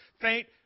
faint